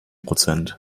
prozent